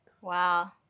Wow